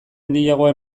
handiagoa